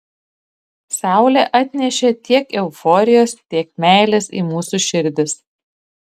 saulė atnešė tiek euforijos tiek meilės į mūsų širdis